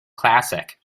classic